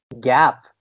gap